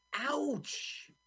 Ouch